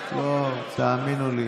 לא, תאמינו לי.